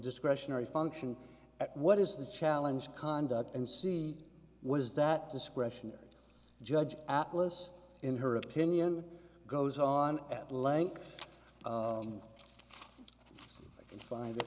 discretionary function at what is the challenge conduct and see what is that discretionary judge atlas in her opinion goes on at length you can find it